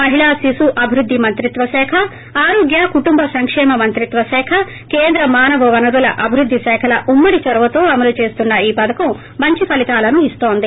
మహిళా శిశు అభివృద్ధి మంత్రిత్వ శాఖ ఆరోగ్య కుటుంబ సంకేమ మంత్రిత్వ శాఖ కేంద్ర మానవ వనరుల అభివృద్ది శాఖల ఉమ్మడి చొరవతో అమలు చేస్తున్న ఈ పథకం మంచి ఫలితాలను ఇన్తోంది